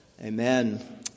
Amen